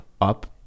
up